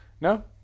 No